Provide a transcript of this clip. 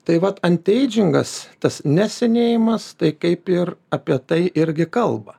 tai vat antieidžingas tas nesenėjimas tai kaip ir apie tai irgi kalba